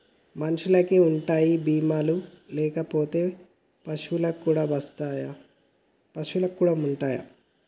మనుషులకి ఉంటాయా బీమా లు లేకపోతే వస్తువులకు కూడా ఉంటయా?